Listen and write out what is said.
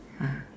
ya